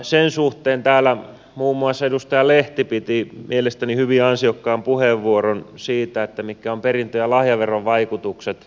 sen suhteen täällä muun muassa edustaja lehti piti mielestäni hyvin ansiokkaan puheenvuoron siitä mitkä ovat perintö ja lahjaveron vaikutukset yritystoiminnalle